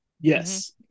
yes